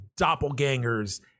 doppelgangers